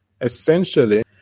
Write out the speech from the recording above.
Essentially